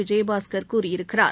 விஜயபாஸ்கர் கூறியிருக்கிறார்